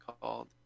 called